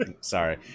Sorry